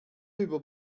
über